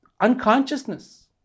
unconsciousness